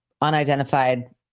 unidentified